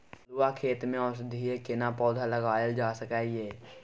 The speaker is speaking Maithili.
बलुआ खेत में औषधीय केना पौधा लगायल जा सकै ये?